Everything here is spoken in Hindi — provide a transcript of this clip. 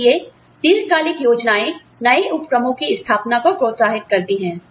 इसलिए दीर्घकालिक योजनाएं नए उपक्रमों की स्थापना को प्रोत्साहित करती हैं